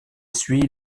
suit